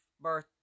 birth